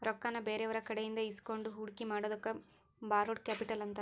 ರೊಕ್ಕಾನ ಬ್ಯಾರೆಯವ್ರಕಡೆಇಂದಾ ಇಸ್ಕೊಂಡ್ ಹೂಡ್ಕಿ ಮಾಡೊದಕ್ಕ ಬಾರೊಡ್ ಕ್ಯಾಪಿಟಲ್ ಅಂತಾರ